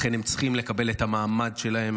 לכן הם צריכים לקבל את המעמד שלהם.